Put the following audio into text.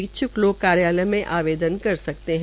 इच्छुक लोग कार्यालय में आवेदन कर सकते है